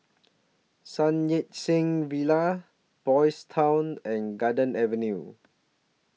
Sun Yat Sen Villa Boys' Town and Garden Avenue